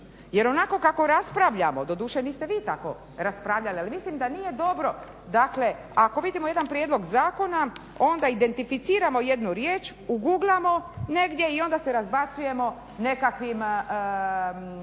jer onako kako raspravljamo, doduše niste vi tako raspravljali ali mislim da nije dobro dakle ako vidimo jedan prijedlog zakona onda identificiramo jednu riječ, uguglamo negdje i onda se razbacujemo nekakvim